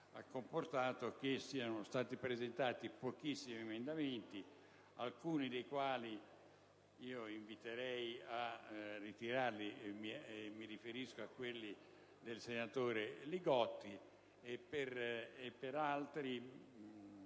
ha comportato che siano stati presentati pochissimi emendamenti, alcuni dei quali inviterei a ritirare (mi riferisco a quelli del senatore Li Gotti), mentre per altri